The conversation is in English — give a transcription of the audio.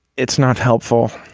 it's not helpful.